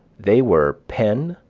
they were penn,